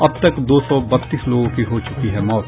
अब तक दो सौ बत्तीस लोगों की हो चुकी है मौत